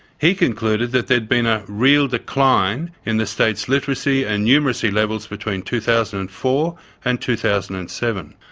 he concluded that there had been a real decline in the state's literacy and numeracy levels between two thousand and four and two thousand and seven.